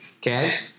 Okay